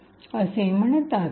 py असे म्हणतात